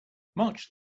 march